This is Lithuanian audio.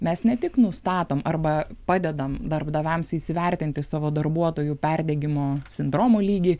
mes ne tik nustatom arba padedam darbdaviams įsivertinti savo darbuotojų perdegimo sindromo lygį